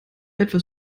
etwas